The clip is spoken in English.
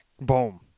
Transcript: Boom